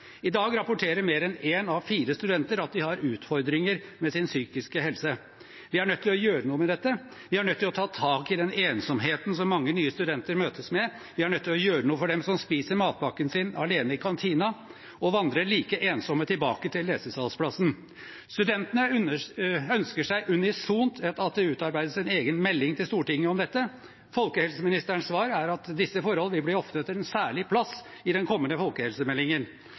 I dag rapporterer mer enn én av fire studenter at de har utfordringer med sin psykiske helse. Vi er nødt til å gjøre noe med dette. Vi er nødt til å ta tak i den ensomheten som mange nye studenter møtes med, vi er nødt til å gjøre noe for dem som spiser matpakken sin alene i kantina og vandrer like ensomme tilbake til lesesalsplassen. Studentene ønsker seg unisont at det utarbeides en egen melding til Stortinget om dette. Folkehelseministerens svar er at disse forholdene vil bli ofret en særlig plass i den kommende folkehelsemeldingen.